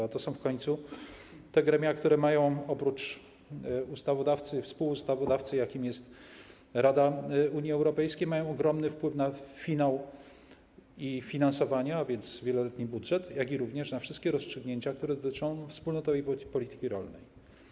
A to są w końcu te gremia, które oprócz ustawodawcy, współustawodawcy, jakim jest Rada Unii Europejskiej, mają ogromny wpływ na finał i finansowanie, a więc wieloletni budżet, jak również na wszystkie rozstrzygnięcia, które dotyczą wspólnotowej polityki rolnej.